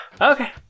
okay